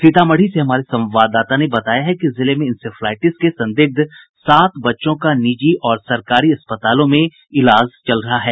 सीतामढ़ी से हमारे संवाददाता ने बताया है कि जिले में इंसेफ्लाईटिस के संदिग्ध सात बच्चों का निजी और सरकारी अस्पतालों में इलाज चल रहा है